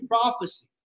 prophecy